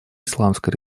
исламской